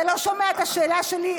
אתה לא שומע את השאלה שלי.